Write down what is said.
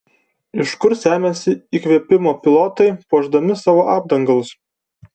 iš kur semiasi įkvėpimo pilotai puošdami savo apdangalus